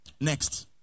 Next